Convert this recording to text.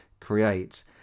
create